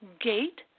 gate